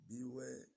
Beware